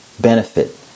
benefit